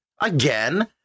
Again